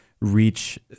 reach